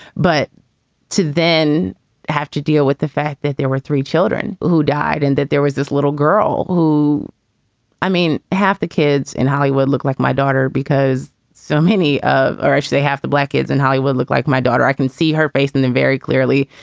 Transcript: but to then have to deal with the fact that there were three children who died and that there was this little girl who i mean, half the kids in hollywood looked like my daughter, because so many irish, they have the black kids in hollywood look like my daughter. i can see her face. and then very clearly,